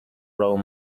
role